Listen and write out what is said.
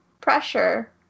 pressure